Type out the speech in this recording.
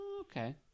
okay